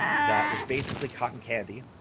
that is basically cotton candy,